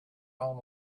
own